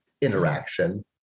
interaction